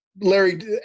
Larry